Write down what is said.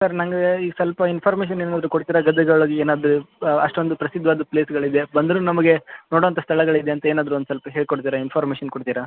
sir ನನಗೆ ಈಗ ಸ್ವಲ್ಪ ಇನ್ಫಾರ್ಮೇಷನ್ ಏನಾದರೂ ಕೊಡ್ತೀರಾ ಗದಗ ಒಳಗೆ ಏನಾದರೂ ಅಷ್ಟೊಂದು ಪ್ರಸಿದ್ಧವಾದ ಪ್ಲೇಸ್ಗಳಿದೆ ಬಂದರೂ ನಮಗೆ ನೋಡುವಂಥ ಸ್ಥಳಗಳಿದೆ ಅಂತ ಏನಾದರೂ ಒಂದು ಸ್ವಲ್ಪ ಹೇಳಿಕೊಡ್ತೀರಾ ಇನ್ಫಾರ್ಮೇಷನ್ ಕೊಡ್ತೀರಾ